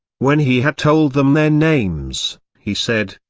when he had told them their names, he said,